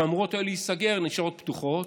שאמורות היו להיסגר, נשארות פתוחות.